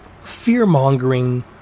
fear-mongering